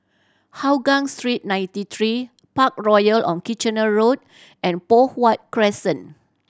Hougang Street Ninety Three Parkroyal on Kitchener Road and Poh Huat Crescent